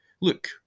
look